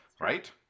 right